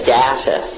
data